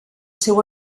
seu